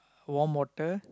warm water